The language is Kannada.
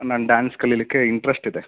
ನಾನು ಡ್ಯಾನ್ಸ್ ಕಲಿಯಲಿಕ್ಕೆ ಇಂಟ್ರೆಸ್ಟ್ ಇದೆ